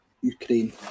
Ukraine